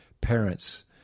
parents